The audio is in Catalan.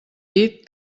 dit